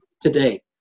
today